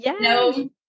no